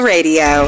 Radio